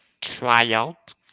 tryout